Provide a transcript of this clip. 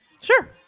Sure